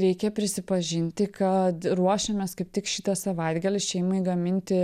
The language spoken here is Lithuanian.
reikia prisipažinti kad ruošiamės kaip tik šitą savaitgalį šeimai gaminti